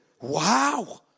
wow